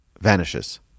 vanishes